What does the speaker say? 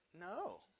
No